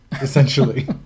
essentially